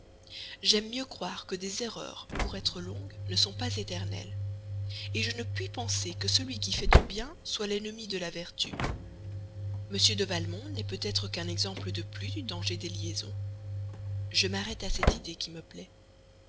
j'aime mieux croire que des erreurs pour être longues ne sont pas éternelles je ne puis penser que celui qui fait du bien soit l'ennemi de la vertu m de valmont n'est peut-être qu'un exemple de plus du danger des liaisons je m'arrête à cette idée qui me plaît